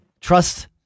Trust